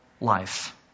life